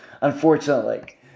Unfortunately